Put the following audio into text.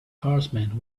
horsemen